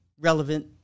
relevant